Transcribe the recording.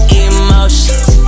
emotions